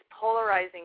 polarizing